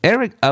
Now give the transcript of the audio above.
Eric